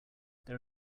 there